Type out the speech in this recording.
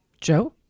Joe